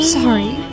Sorry